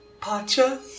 Pacha